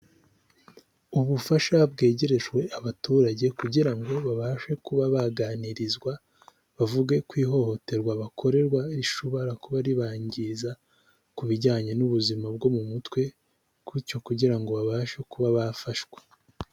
Ubufasha bwegerejwe abaturage kugira ngo babashe kuba baganirizwa, bavuge kw'ihohoterwa bakorerwa rishobora kuba ribangiza ku bijyanye n'ubuzima bwo mu mutwe. Gutyo kugira ngo babashe kuba bafashwa.